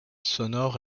sonore